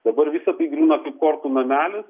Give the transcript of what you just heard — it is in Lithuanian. dabar visa tai grūna kaip kortų namelis